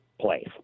place